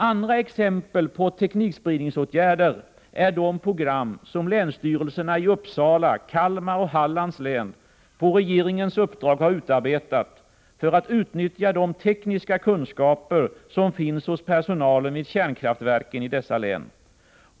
Andra exempel på teknikspridningsåtgärder är de program som länsstyrelserna i Uppsala, Kalmar och Hallands län på regeringens uppdrag har utarbetat för att utnyttja de tekniska kunskaper som finns hos personalen vid kärnkraftverken i dessa län.